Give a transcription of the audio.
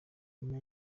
nyuma